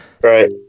Right